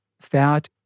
fat